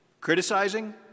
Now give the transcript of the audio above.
criticizing